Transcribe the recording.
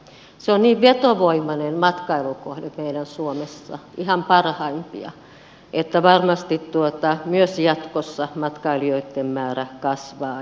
se on niin vetovoimainen matkailukohde meillä suomessa ihan parhaimpia että varmasti myös jatkossa matkailijoitten määrä kasvaa